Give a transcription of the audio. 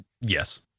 Yes